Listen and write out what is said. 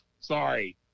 sorry